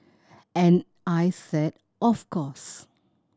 and I said of course